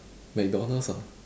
McDonald's ah